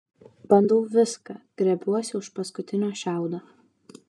bandau viską grėbiuosi už paskutinio šiaudo